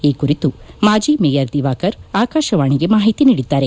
ಈ ಕುರಿತು ಮಾಜಿ ಮೇಯರ್ ದಿವಾಕರ್ ಆಕಾಶವಾಣಿಗೆ ಮಾಹಿತಿ ನೀಡಿದ್ದಾರೆ